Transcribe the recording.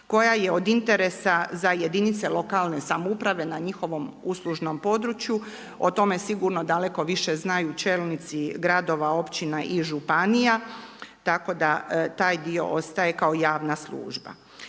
koja je od interesa za jedinice lokalne samouprave na njihovom uslužnom području, o tome sigurno daleko više znaju čelnici gradova općina i županija, tako da taj dio ostaje kao javna služba.